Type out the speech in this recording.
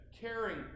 caring